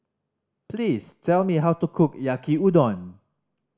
please tell me how to cook Yaki Udon